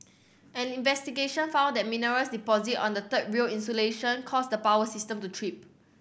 an investigation found that mineral deposits on the third rail insulation caused the power system to trip